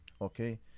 Okay